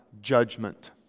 judgment